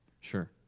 sure